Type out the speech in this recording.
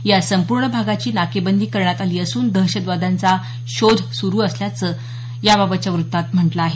या संपूर्ण भागाची नाकेबंदी करण्यात आली असून दहशतवाद्यांचा शोध सुरू असल्याचं याबाबतच्या व्रत्तात म्हटलं आहे